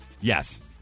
Yes